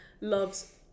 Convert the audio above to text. loves